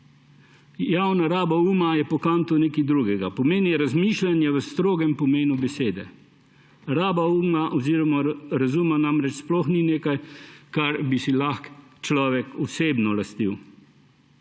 Javna raba uma je po Kantu nekaj drugega. Pomeni razmišljanje v strogem pomenu besede. Raba uma oziroma razuma namreč sploh ni nekaj, kar bi si lahko človek osebno lastil.